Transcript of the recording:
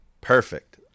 Perfect